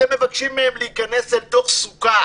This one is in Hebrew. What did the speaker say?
אתם מבקשים מהם להיכנס אל תוך סוכה,